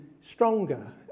stronger